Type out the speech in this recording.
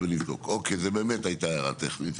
אוקיי, זו באמת הייתה הערה טכנית.